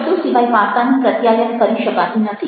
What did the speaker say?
શબ્દો સિવાય વાર્તાનું પ્રત્યાયન કરી શકાતું નથી